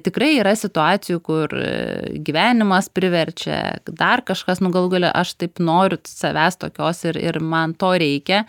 tikrai yra situacijų kur gyvenimas priverčia dar kažkas nu galų gale aš taip noriu savęs tokios ir ir man to reikia